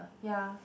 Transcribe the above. ya